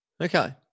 okay